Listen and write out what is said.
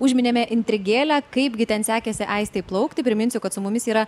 užminėme intrigėlę kaipgi ten sekėsi aistei plaukti priminsiu kad su mumis yra